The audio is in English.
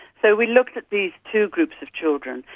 so we looked at these two groups of children,